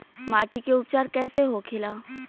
माटी के उपचार कैसे होखे ला?